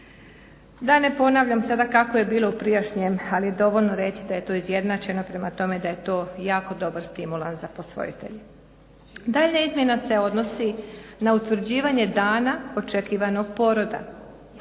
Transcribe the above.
Da ne ponavljam kako je bilo u prijašnjem ali je dovoljno reći da je to izjednačeno prema tome da je to jako dobar stimulans za posvojitelje. Daljnja izmjena se odnosi na utvrđivanje dana očekivanog poroda.